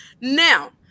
Now